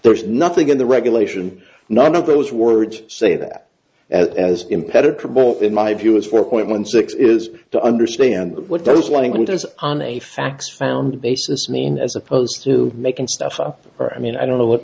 there is nothing in the regulation none of those words say that as impenetrable in my view as four point one six is to understand what those languages on a fax found basis mean as opposed to making stuff up for i mean i don't know